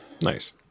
Nice